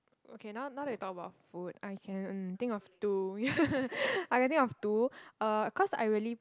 okay now now they talk about food I can um think of two ya I can think of two uh cause I really